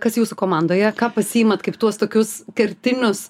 kas jūsų komandoje ką pasiimat kaip tuos tokius kertinius